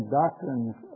doctrines